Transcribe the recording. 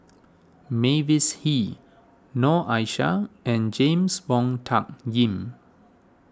Mavis Hee Noor Aishah and James Wong Tuck Yim